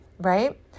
right